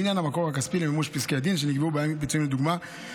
לעניין המקור הכספי למימוש פסקי דין שנקבעו בהם פיצויים לדוגמה,